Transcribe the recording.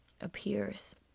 appears